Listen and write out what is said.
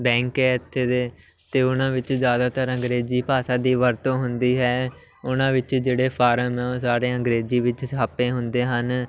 bank ਹੈ ਇੱਥੇ ਦੇ ਤੇ ਉਹਨਾਂ ਵਿੱਚ ਜ਼ਿਆਦਾਤਰ ਅੰਗਰੇਜ਼ੀ ਭਾਸ਼ਾ ਦੀ ਵਰਤੋਂ ਹੁੰਦੀ ਹੈ ਉਹਨਾਂ ਵਿੱਚ ਜਿਹੜੇ ਫਾਰਮ ਹੈ ਸਾਰੇ ਅੰਗਰੇਜ਼ੀ ਵਿੱਚ ਛਾਪੇ ਹੁੰਦੇ ਹਨ